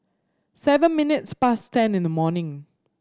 seven minutes past ten in the morning